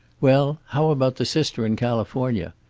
well, how about the sister in california?